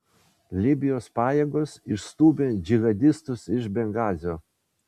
libijos pajėgos išstūmė džihadistus iš bengazio